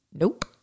Nope